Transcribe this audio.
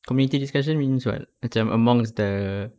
community discussion means what macam amongst the